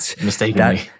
mistakenly